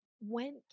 went